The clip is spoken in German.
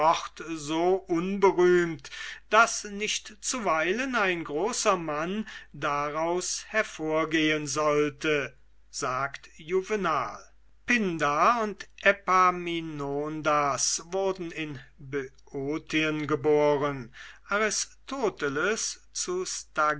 so unberühmt daß nicht zuweilen ein großer mann daraus hervorgehen sollte sagt juvenal pindarus und epaminondas wurden in böotien geboren aristoteles zu